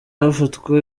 hafatwa